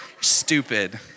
Stupid